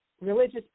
religious